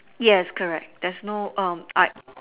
yes correct there's no um I